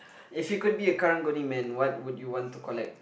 if you could be a Karang-Guni man what would you want to collect